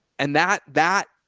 and that, that,